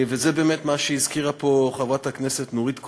וזה מה שהזכירה פה חברת הכנסת נורית קורן,